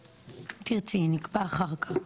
תירצי תקבע אחר כך,